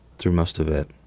through most of it.